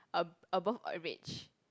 a~ above average